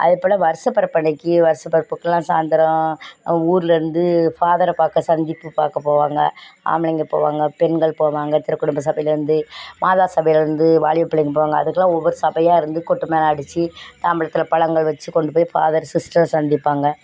அதுப்போல் வருடப்பெறப்பு அன்னைக்கு வருடப்பெறப்புக்கள்லாம் சாயந்தரம் ஊரில் இருந்து ஃபாதரை பார்க்க சங்கீப்பை பார்க்க போவாங்க ஆம்பளைங்க போவாங்க பெண்கள் போவாங்க திருக்குடும்ப சபையில இருந்து மாதா சபையில இருந்து வாலிப பிள்ளைங்கள் போவாங்க அதுக்குலாம் ஒவ்வொரு சபையாக இருந்து கொட்டு மேளம் அடிச்சு தாம்பளத்தில் பழங்கள் வச்சு கொண்டு போய் ஃபாதர் சிஸ்டர்ஸ் சந்திப்பாங்க